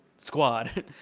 Squad